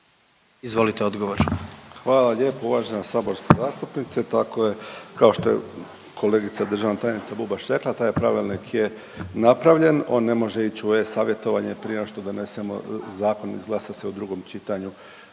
Tomislav (HDZ)** Hvala lijepo uvažena saborska zastupnice. Tako je kao što je kolegica državna tajnica Bubaš rekla, taj je pravilnik je napravljen. On ne može ić u e-savjetovanje prije no što donesemo zakon, izglasa se u drugom čitanju